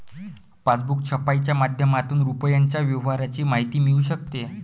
passbook छपाईच्या माध्यमातून रुपयाच्या व्यवहाराची माहिती मिळू शकते